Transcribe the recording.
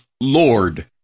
Lord